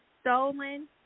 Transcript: stolen